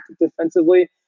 defensively